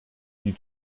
die